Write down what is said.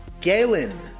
Galen